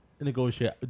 negotiate